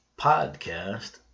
Podcast